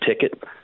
ticket